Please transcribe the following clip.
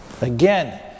Again